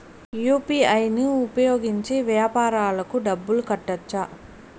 UPI ను ఉపయోగించి వ్యాపారాలకు డబ్బులు కట్టొచ్చా?